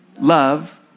love